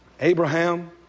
Abraham